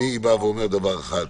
אני אומר דבר אחד: